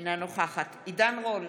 אינה נוכחת עידן רול,